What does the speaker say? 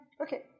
okay